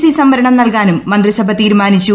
C സംവരണം നൽകാനും മന്ത്രിസഭ ്തീരുമാനിച്ചു